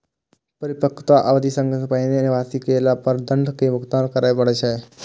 परिपक्वता अवधि सं पहिने निकासी केला पर दंड के भुगतान करय पड़ै छै